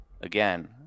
again